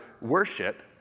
worship